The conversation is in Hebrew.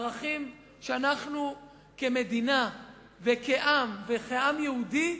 הערכים שאנחנו כמדינה וכעם, כעם היהודי,